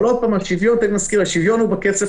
אבל השוויון הוא בכסף